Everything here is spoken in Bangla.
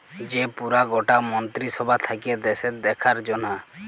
যে পুরা গটা মন্ত্রী সভা থাক্যে দ্যাশের দেখার জনহ